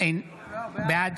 בעד